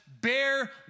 bear